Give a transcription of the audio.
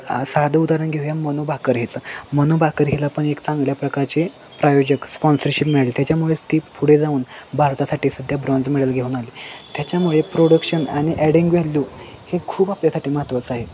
साधं उदाहरण घेऊया मनू बाकर हिचं मनू बाकर हिला पण एक चांगल्या प्रकारचे प्रायोजक स्पॉन्सरशिप मिळाली त्याच्यामुळेच ती पुढे जाऊन भारतासाठी सध्या ब्राँज मेडल घेऊन आली त्याच्यामुळे प्रोडक्शन आनि ॲडिंग व्हॅल्यू हे खूप आपल्यासाठी महत्त्वाचं आहे